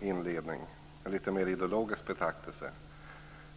inledning och göra en litet mer ideologisk betraktelse.